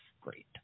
great